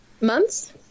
Months